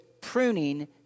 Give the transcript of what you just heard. pruning